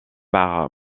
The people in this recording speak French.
par